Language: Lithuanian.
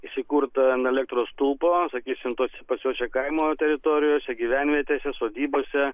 įsikurt ant elektros stulpo sakykim tuose pačiuose kaimo teritorijose gyvenvietėse sodybose